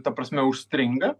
ta prasme užstringa